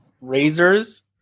razors